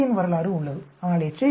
D யின் வரலாறு உள்ளது ஆனால் எச்